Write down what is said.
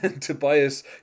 Tobias